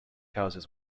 houses